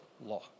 law